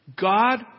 God